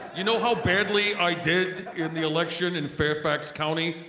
you know how badly i did in the election in fairfax county?